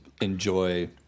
enjoy